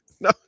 no